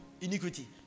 iniquity